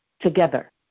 together